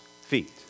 feet